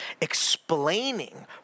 Explaining